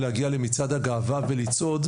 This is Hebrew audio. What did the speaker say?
להגיע למצעד הגאווה ולצעוד,